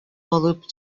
алып